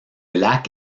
lac